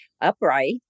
upright